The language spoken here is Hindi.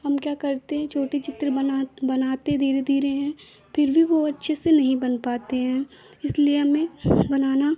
हम क्या करते हैं छोटे चित्र बना बनाते धीरे धीरे हैं फ़िर भी वह अच्छे से नहीं बन पाते हैं इसलिए हमें बनाना